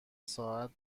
ساعت